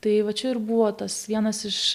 tai va čia ir buvo tas vienas iš